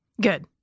Good